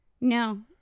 No